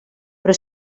però